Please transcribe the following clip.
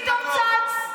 פתאום צץ.